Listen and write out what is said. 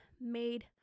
Made